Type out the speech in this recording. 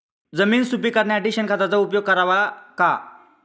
जमीन सुपीक करण्यासाठी शेणखताचा उपयोग करावा का?